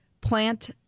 plant